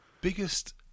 Biggest